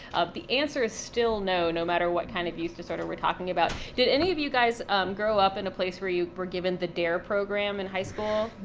the answer is still no, no matter what kind of use disorder we're talking about. did any of you guys grow up in a place where you were given the dare program in high school?